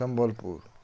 Sambalpur